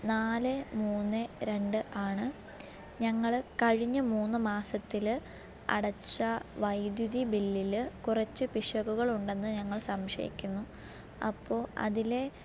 നാല് മൂന്ന് രണ്ട് ആണ് ഞങ്ങൾ കഴിഞ്ഞ മൂന്ന് മാസത്തിൽ അടച്ച വൈദ്യുതി ബില്ലിൽ കുറച്ച് പിശകുകളുണ്ടന്ന് ഞങ്ങള് സംശയിക്കുന്നു അപ്പോൾ അതിലെ